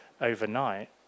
overnight